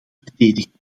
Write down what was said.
verdedigen